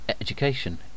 education